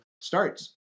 starts